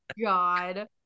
God